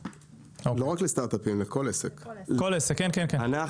אנחנו מתמחים בסטארט-אפים בשלבים מוקדמים,